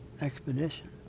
expedition